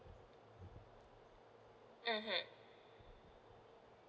mmhmm